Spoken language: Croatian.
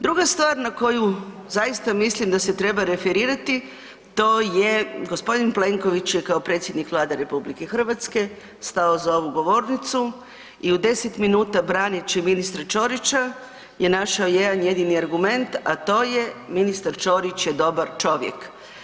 Druga stvar na koju zaista mislim da se treba referirati to je g. Plenković je kao predsjednik Vlade RH stao za ovu govornicu i u 10 minuta braneći ministra Ćorića je našao jedan jedini argument, a to je ministar Ćorić je dobar čovjek.